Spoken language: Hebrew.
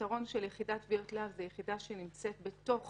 היתרון של יחידת תביעות להב זה שהיא נמצאת בתוך